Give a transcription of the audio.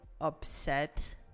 upset